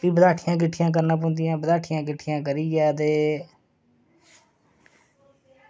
ते फ्ही बस्हाठियां किट्ठियां करना पौंदियां ते बस्हाठियां किट्ठियां करियै ते